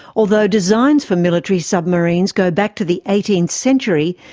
although designs for military submarines go back to the eighteenth century,